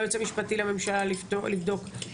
ליועץ המשפטי לממשלה לבדוק,